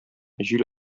җил